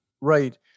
Right